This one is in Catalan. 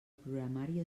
programari